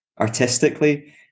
artistically